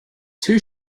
two